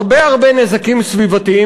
הרבה הרבה נזקים סביבתיים,